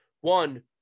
One